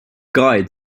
guide